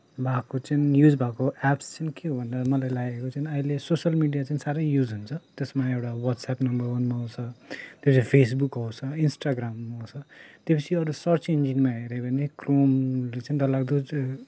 भएको चाहिँ युज भएको एप्स चाहिँ के हो भन्दा मलाई लागेको चाहिँ अहिले सोसियल मिडिया चाहिँ साह्रै युज हुन्छ त्यसमा एउटा वाट्सएप नम्बर वानमा आउँछ त्ससपछि फेसबुक औस इन्टाग्राम औस त्यो पछि अरू सर्च इन्जिनमा हेऱ्यो भने क्रोमले चेन डरलाग्दो